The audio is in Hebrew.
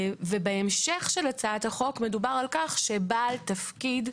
בהמשך של הצעת החוק מדובר על כך שבעל תפקיד,